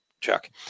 chuck